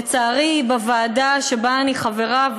לצערי בוועדה שבה אני חברה,